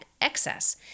excess